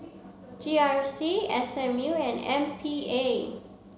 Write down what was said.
G R C S M U and M P A